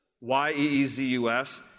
Y-E-E-Z-U-S